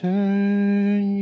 Turn